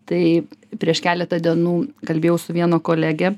tai prieš keletą dienų kalbėjau su viena kolege